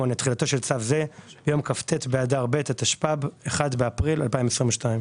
תחילה 8. תחילתו של צו זה ביום כ"ט באדר ב' התשפ"ב (1 באפריל 2022)."